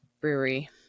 brewery